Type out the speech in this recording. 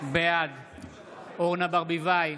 בעד אורנה ברביבאי,